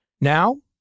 Now